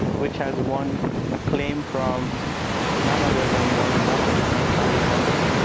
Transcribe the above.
which has won ah claim from none other than warren buffett and charlie munger.